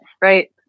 Right